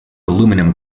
aluminium